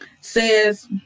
says